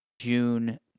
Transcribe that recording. June